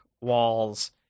walls